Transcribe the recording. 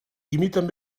imiten